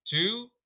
Two